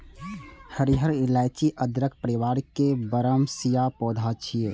हरियर इलाइची अदरक परिवार के बरमसिया पौधा छियै